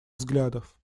взглядов